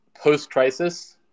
post-crisis